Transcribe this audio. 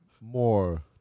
more